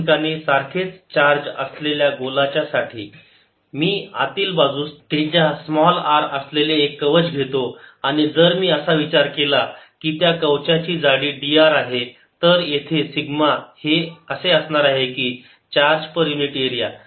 सर्व ठिकाणी सारखेच चार्ज असलेल्या गोलाच्या साठी मी आतील बाजूला त्रिज्या स्मॉल r असलेले एक कवच घेतो आणि जर मी असा विचार केला की त्या कवचाची जाडी dr आहे तर येथे असलेले सिग्मा हे असे असणार आहे की चार्ज पर युनिट एरिया